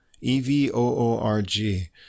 E-V-O-O-R-G